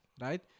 right